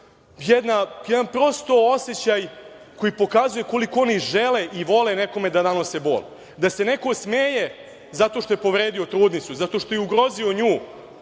prosto osećaj koji pokazuje koliko oni žele i vole nekome da nanose bol. Da se neko smeje zato što je povredio trudnicu, zato što je ugrozio nju